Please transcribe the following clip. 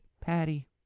patty